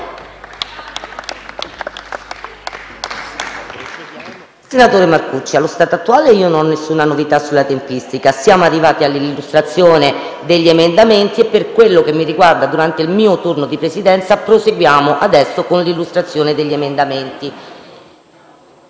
Senatore Marcucci, allo stato attuale non ho alcuna novità sulla tempistica. Siamo arrivati all'illustrazione degli emendamenti e per quello che mi riguarda, durante il mio turno di Presidenza, proseguiamo con tale illustrazione.